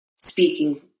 Speaking